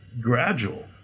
gradual